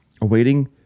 awaiting